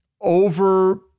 over